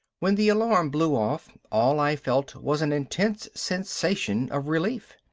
when the alarm blew off, all i felt was an intense sensation of relief.